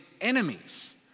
enemies